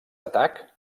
atac